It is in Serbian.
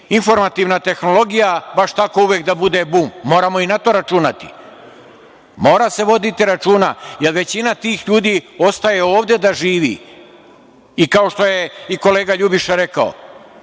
informativna tehnologija baš tako uvek da bude bum. Moramo i na to računati. Mora se voditi računa, jer većina tih ljudi ostaje ovde da živi i kao što je i kolega Ljubiša rekao,